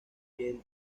piel